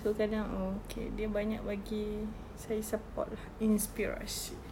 so kadang okay dia banyak bagi saya support lah inspirasi